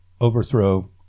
overthrow